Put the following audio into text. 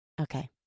Okay